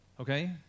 Okay